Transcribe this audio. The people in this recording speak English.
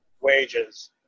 wages